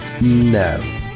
no